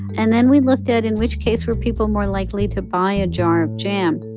and then we looked at in which case were people more likely to buy a jar of jam?